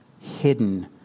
hidden